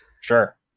Sure